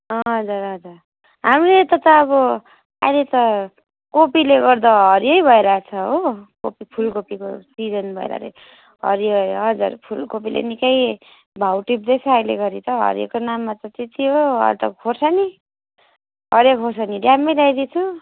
हजुर हजुर हाम्रो यता त अब अहिले त कोपीले गर्दा हरियै भइरहेको छ हो कोपी फुलकोपीको सिजन भएर हरियो हजुर फुलकोपीले निकै भाउ टिप्दैछ अहिलेघडी त हरियोको नाममा त त्यति हो अहिले त खोर्सानी हरियो खोर्सानी ड्याम्मै लाइदएको छु